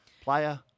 player